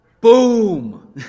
Boom